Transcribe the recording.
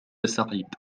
سعيد